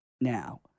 Now